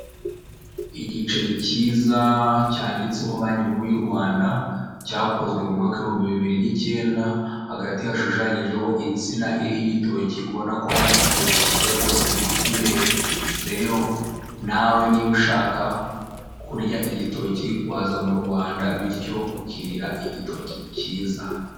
Abagabo babiri ndetse n'abagore babiri umwe yitwa Philippe umwe mu bakandida bahatanira kuyobora igihugu cy'u Rwanda akaba ari kubwira abaturage imigabo n'imigambi azakora mu gihe yaba abonye ububasha bwo kuyobora igihugu.